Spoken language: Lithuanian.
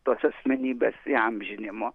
tos asmenybės įamžinimu